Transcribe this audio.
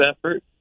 effort